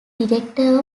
director